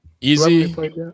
easy